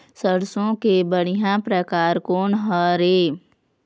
सरसों के बढ़िया परकार कोन हर ये?